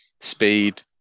speed